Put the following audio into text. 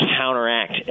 counteract